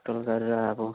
त्यो गरेर अब